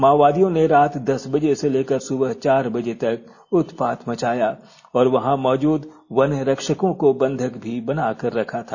माओवादियों रात दस बजे से लेकर सुबह चार बजे तक उत्पात मचाया और वहां मौजूद वन रक्षकों को बंधक भी बनाकर रखा था